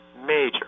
Major